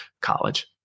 college